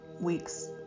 weeks